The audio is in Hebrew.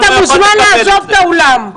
אז אתה מוזמן לעזוב את האולם.